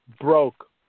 broke